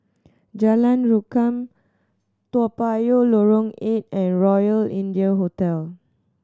Jalan Rukam Toa Payoh Lorong Eight and Royal India Hotel